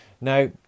Now